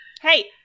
Hey